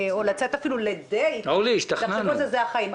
לצאת אפילו לדייט תחשבו שזה החיים.